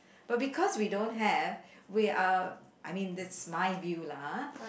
but because we don't have we are I mean this is my view lah